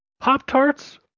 Pop-Tarts